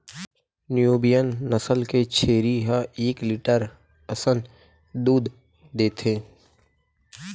Nubian नसल के छेरी ह एक लीटर असन दूद देथे